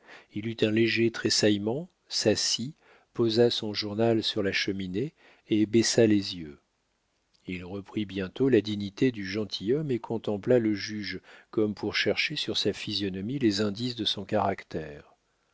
il eut un léger tressaillement s'assit posa son journal sur la cheminée et baissa les yeux il reprit bientôt la dignité du gentilhomme et contempla le juge comme pour chercher sur sa physionomie les indices de son caractère